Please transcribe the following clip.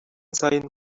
сайын